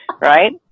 Right